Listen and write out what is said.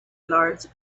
large